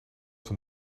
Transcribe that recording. van